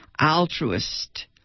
altruist